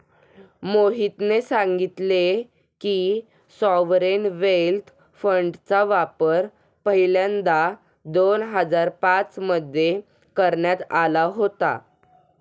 मोहितने सांगितले की, सॉवरेन वेल्थ फंडचा वापर पहिल्यांदा दोन हजार पाच मध्ये करण्यात आला होता